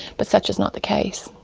but such is not the case.